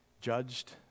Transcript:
judged